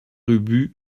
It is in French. ubu